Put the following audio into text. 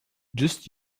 just